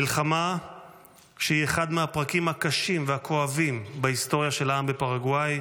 מלחמה שהיא אחד מהפרקים הקשים והכואבים בהיסטוריה של העם בפרגוואי,